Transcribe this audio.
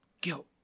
guilt